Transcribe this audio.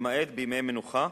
למעט בימי מנוחה,